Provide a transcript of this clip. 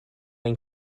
ein